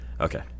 Okay